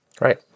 Right